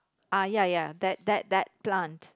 ah ya ya that that that plant